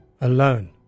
alone